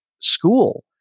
school